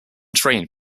train